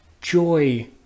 joy